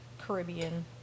Caribbean